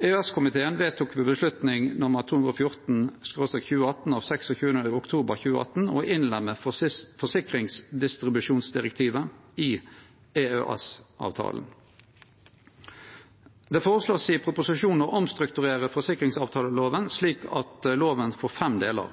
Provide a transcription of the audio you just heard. vedtok ved avgjerd nr. 214/2018 av 26. oktober 2018 å innlemme forsikringsdistribusjonsdirektivet i EØS-avtalen. Det vert føreslått i proposisjonen å omstrukturere forsikringsavtaleloven slik at loven får fem delar: